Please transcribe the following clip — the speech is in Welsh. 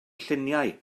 lluniau